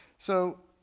so